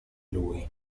lui